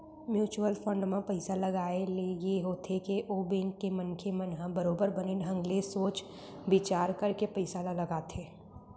mutual fund म पइसा लगाए ले ये होथे के ओ बेंक के मनखे मन ह बरोबर बने ढंग ले सोच बिचार करके पइसा ल लगाथे